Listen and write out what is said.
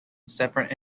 separate